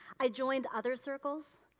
i joined other circles,